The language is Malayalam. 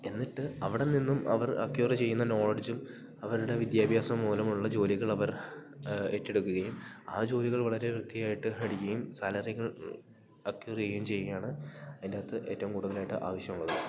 എന്നിട്ട് അവിടെ നിന്നും അവർ അക്യൂറ് ചെയ്യുന്ന നോളഡ്ജും അവരുടെ വിദ്യാഭ്യാസം മൂലമുള്ള ജോലികൾ അവർ ഏറ്റെടുക്കുകയും ആ ജോലികൾ വളരെ വൃത്തിയായിട്ട് പഠിക്കുകയും സാലറികൾ അക്യൂറ് ചെയ്യുകയും ചെയ്യുകയാണ് അതിൻ്റെ അകത്ത് ഏറ്റവും കൂടുതലായിട്ട് ആവശ്യം ഉള്ളത്